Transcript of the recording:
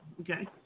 Okay